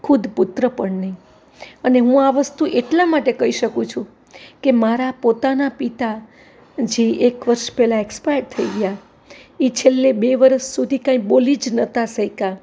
ખુદ પુત્ર પણ નહીં અને હું આ વસ્તુ એટલા માટે કહી શકું છું કે મારા પોતાના પિતા જે એક વર્ષ પહેલાં એક્સપાયર થઈ ગયા એ છેલ્લા બે વર્ષ સુધી કાંઇ બોલી જ નહોતા શકતા